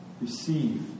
Receive